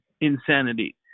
insanity